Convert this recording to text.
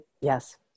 Yes